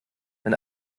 wenn